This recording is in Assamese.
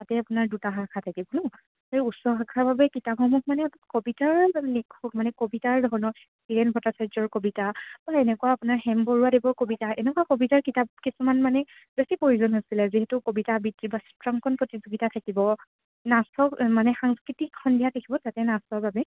তাতে আপোনাৰ দুটা শাখা থাকিব নহ্ সেই উচ্চ শাখাৰ বাবে কিতাপসমূহ মানে কবিতাৰ লিখক মানে কবিতাৰ ধৰণৰ হীৰেণ ভট্টাচাৰ্য্য়ৰ কবিতা বা এনেকুৱা আপোনাৰ হেম বৰুৱাদেৱৰ কবিতা এনেকুৱা কবিতাৰ কিতাপ কিছুমান মানে বেছি প্ৰয়োজন হৈছিলে যিহেতু কবিতা আবৃত্তি বা চিত্ৰাংকন প্ৰতিযোগিতা থাকিব নাচক মানে সাংস্কৃতিক সন্ধিয়া থাকিব তাতে নাচৰ বাবে